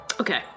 Okay